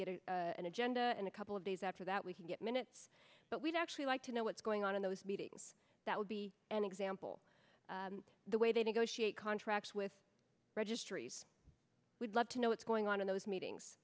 get an agenda and a couple of days after that we can get minutes but we'd actually like to know what's going on in those meetings that would be an example the way they negotiate contracts with registries we'd love to know what's going on in those meetings